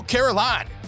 Caroline